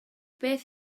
beth